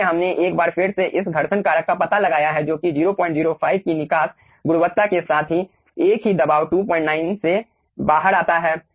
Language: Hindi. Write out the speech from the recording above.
इसलिए हमने एक बार फिर इस घर्षण कारक का पता लगाया है जो कि 005 की निकास गुणवत्ता के साथ एक ही दबाव 29 से बाहर आता है